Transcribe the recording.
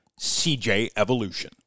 cjevolution